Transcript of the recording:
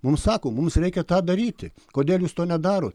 mums sako mums reikia tą daryti kodėl jūs to nedarot